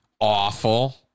awful